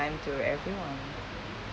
time to everyone